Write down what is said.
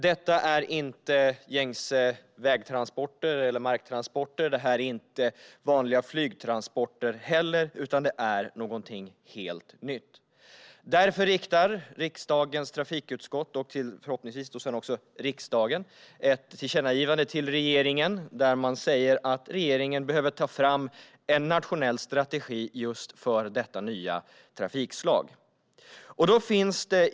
Detta är inte gängse vägtransporter eller marktransporter och heller inte vanliga flygtransporter, utan det är något helt nytt. Riksdagens trafikutskott, och förhoppningsvis sedan också riksdagen, vill därför rikta ett tillkännagivande till regeringen där man säger att regeringen behöver ta fram en nationell strategi för just detta nya transportslag.